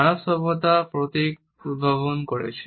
মানব সভ্যতা প্রতীক উদ্ভাবন করেছে